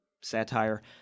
satire